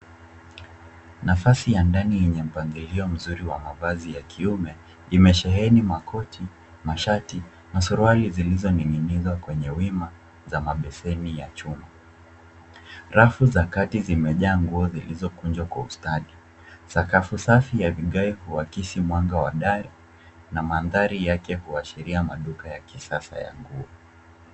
Nafasi ya ndani yenye mpangilio mzuri wa mavazi ya kiume imesheheni makoti, mashati, masuruali zilizoning'inizwa kwenye wima za mabeseni za chuma. Rafu za kati zimejaa nguo zilizokunjwa kwa ustadi. Sakafu safi ya vigae huakisi mwanga wa dari na mandhari yake huashiria maduka ya kisasa ya nguo.